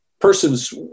person's